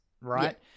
right